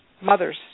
mother's